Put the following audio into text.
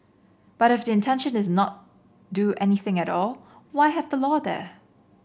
but if the intention is not do anything at all why have the law there